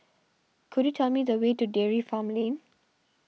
could you tell me the way to Dairy Farm Lane